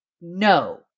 no